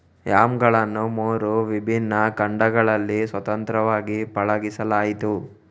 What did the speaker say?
ಯಾಮ್ಗಳನ್ನು ಮೂರು ವಿಭಿನ್ನ ಖಂಡಗಳಲ್ಲಿ ಸ್ವತಂತ್ರವಾಗಿ ಪಳಗಿಸಲಾಯಿತು